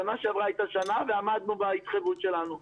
בשנה שעברה עמדנו בהתחייבות שלנו.